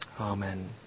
Amen